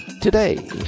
today